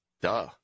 duh